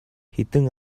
хэдэн